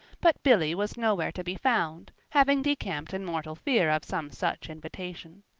but billy was nowhere to be found, having decamped in mortal fear of some such invitation.